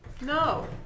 No